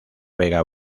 vega